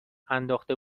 انداخته